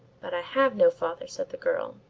but i have no father, said the girl.